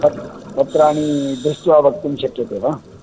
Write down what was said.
पत् पत्राणि दृष्ट्वा वक्तुं शक्यते वा